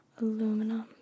aluminum